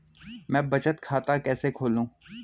मैं बचत खाता कैसे खोलूं?